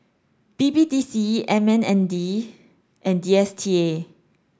B B D C M M N D and D S T A